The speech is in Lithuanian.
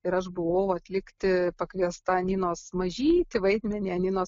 ir aš buvau atlikti pakviesta aninos mažytį vaidmenį aninos